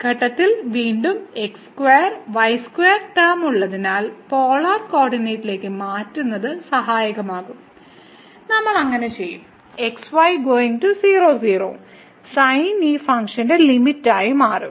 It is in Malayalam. ഈ ഘട്ടത്തിൽ വീണ്ടും x square y square term ഉള്ളതിനാൽ പോളാർ കോർഡിനേറ്റിലേക്ക് മാറ്റുന്നത് സഹായകരമാകും നമ്മൾ അങ്ങനെ ചെയ്യും ലിമിറ്റ് x y → 00 sin ഈ ഫംഗ്ഷൻ ലിമിറ്റായി മാറ്റും